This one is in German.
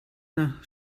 nach